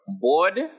board